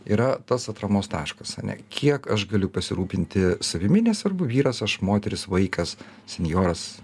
yra tas atramos taškas ane kiek aš galiu pasirūpinti savimi nesvarbu vyras aš moteris vaikas sinjoras